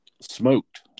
Smoked